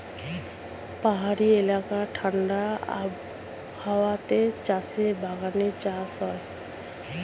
পাহাড়ি এলাকায় ঠাণ্ডা আবহাওয়াতে চায়ের বাগানে চা চাষ হয়